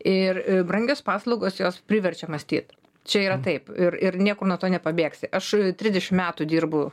ir brangios paslaugos jos priverčia mąstyt čia yra taip ir ir niekur nuo to nepabėgsi aš trisdešimt metų dirbu